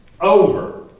over